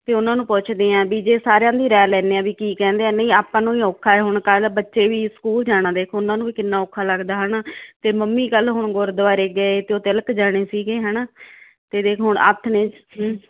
ਤੇ ਉਹਨਾਂ ਨੂੰ ਪੁੱਛਦੇ ਆ ਵੀ ਜੇ ਸਾਰਿਆਂ ਦੀ ਰਾਇ ਲੈਦੇ ਆ ਵੀ ਕੀ ਕਹਿੰਦੇ ਆ ਨਹੀਂ ਆਪਾਂ ਨੂੰ ਨਹੀਂ ਔਖਾ ਹੁਣ ਕਾਹਦਾ ਬੱਚੇ ਵੀ ਸਕੂਲ ਜਾਣਾ ਦੇਖੋ ਉਹਨਾਂ ਨੂੰ ਵੀ ਕਿੰਨਾ ਔਖਾ ਲੱਗਦਾ ਹਨਾ ਤੇ ਮਮੀ ਕੱਲ ਹੁਣ ਗੁਰਦੁਆਰੇ ਗਏ ਤੇ ਉਹ ਤਿਲਕ ਜਾਣੇ ਸੀਗੇ ਹਨਾ ਤੇ ਦੇਖ ਹੁਣ ਆਥਣੇ